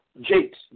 Jakes